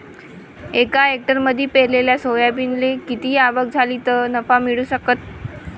एका हेक्टरमंदी पेरलेल्या सोयाबीनले किती आवक झाली तं नफा मिळू शकन?